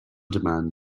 demand